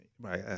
Right